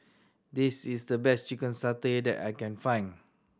this is the best chicken satay that I can find